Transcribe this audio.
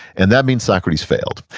and that means socrates failed,